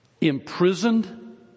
imprisoned